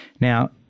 Now